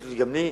יש גם לי,